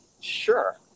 Sure